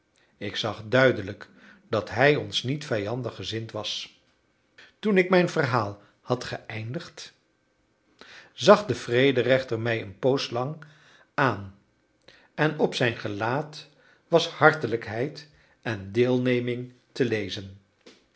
ik zag duidelijk dat hij ons niet vijandig gezind was toen ik mijn verhaal had geëindigd zag de vrederechter mij een poos lang aan en op zijn gelaat was hartelijkheid en deelneming te lezen